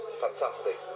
fantastic